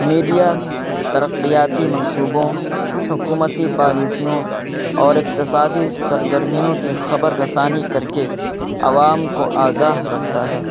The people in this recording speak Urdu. میڈیا ترقیاتی منصوبوں حکومتی پالیسیوں اور اقتصادی سرگرمیوں کی خبر رسانی کر کے عوام کو آگاہ رکھتا ہے